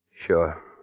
Sure